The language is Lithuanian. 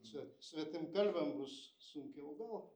čia svetimkalbiam bus sunkiau gal